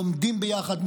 לומדים ביחד,